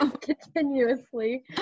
Continuously